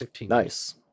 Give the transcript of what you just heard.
Nice